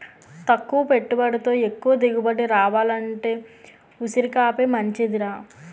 తక్కువ పెట్టుబడితో ఎక్కువ దిగుబడి రావాలంటే ఉసిరికాపే మంచిదిరా